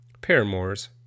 Paramore's